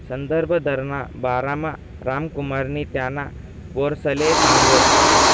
संदर्भ दरना बारामा रामकुमारनी त्याना पोरसले सांगं